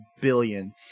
billion